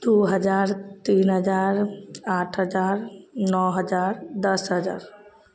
दुइ हजार तीन हजार आठ हजार नओ हजार दस हजार